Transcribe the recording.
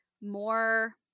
more